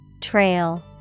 Trail